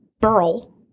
Burl